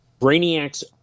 Brainiac's